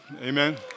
amen